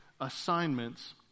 assignments